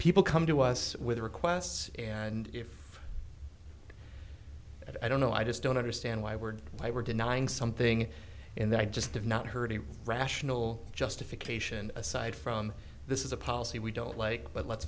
people come to us with requests and if i don't know i just don't understand why we're why we're denying something and i just have not heard any rational justification aside from this is a policy we don't like but let's